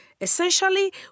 Essentially